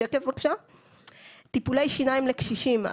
(שקף: פרק 5 טיפולי שיניים לקשישים).